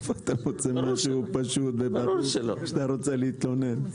איפה אתה מוצא משהו פשוט וברור כשאתה רוצה להתלונן?